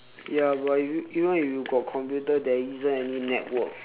ya but even even if you got computer there isn't any network